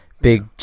big